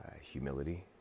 humility